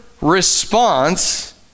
response